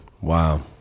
Wow